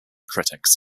critics